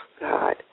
God